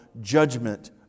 judgment